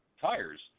tires